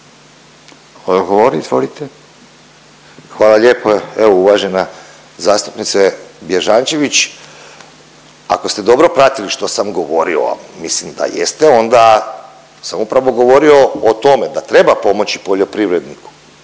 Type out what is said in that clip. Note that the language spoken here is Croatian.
Hvala lijepo. Evo uvažena zastupnice Bježančević, ako ste dobro pratili što sam govorio, mislim da jeste, onda sam upravo govorio o tome da treba pomoći poljoprivredniku,